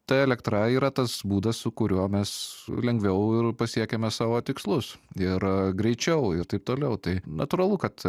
ta elektra yra tas būdas su kuriuo mes lengviau ir pasiekiame savo tikslus ir greičiau ir taip toliau tai natūralu kad